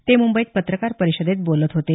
ते मुंबईत पत्रकार परिषदेत बोलत होते